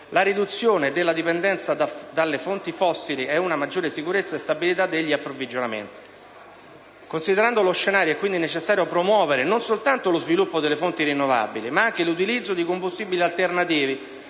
la riduzione della dipendenza dalle fonti fossili e una maggiore sicurezza e stabilità degli approvvigionamenti. Considerando lo scenario, è quindi necessario promuovere non soltanto lo sviluppo delle fonti rinnovabili, ma anche l'utilizzo di combustibili alternativi,